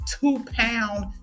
two-pound